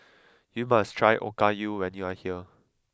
you must try Okayu when you are here